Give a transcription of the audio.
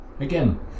Again